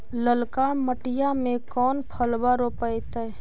ललका मटीया मे कोन फलबा रोपयतय?